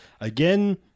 again